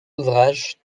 ouvrages